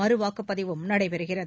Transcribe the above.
மறுவாக்குப்பதிவும் நடைபெறுகிறது